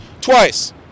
twice